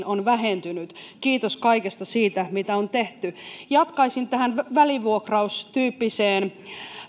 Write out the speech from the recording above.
on vähentynyt kiitos kaikesta siitä mitä on tehty jatkaisin tästä välivuokraustyyppisestä